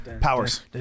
Powers